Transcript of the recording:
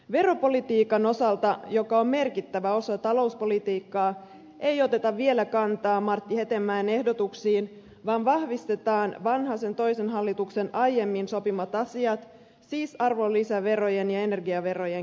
veropolitiikan osalta joka on merkittävä osa talouspolitiikkaa ei oteta vielä kantaa martti hetemäen ehdotuksiin vaan vahvistetaan vanhasen toisen hallituksen aiemmin sopimat asiat siis arvonlisäverojen ja energiaverojen kiristäminen